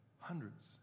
hundreds